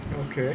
okay